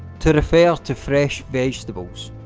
to refer to fresh vegetables.